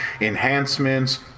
enhancements